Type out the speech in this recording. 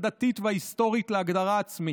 הדתית וההיסטורית להגדרה עצמית,